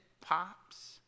pops